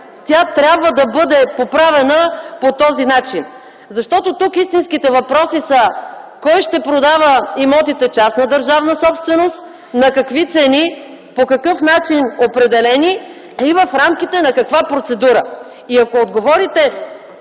тя трябва да бъде поправена по този начин. Тук истинските въпроси са: кой ще продава имотите – частна държавна собственост, на какви цени, по какъв начин определени и в рамките на каква процедура? Ако отговорите